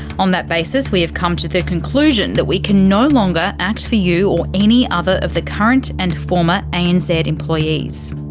on that basis we have come to the conclusion that we can no longer act for you or any other of the current and former and anz employees.